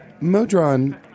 modron